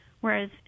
whereas